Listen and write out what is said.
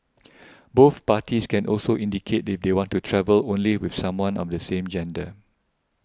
both parties can also indicate if they want to travel only with someone of the same gender